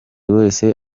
wese